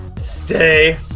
Stay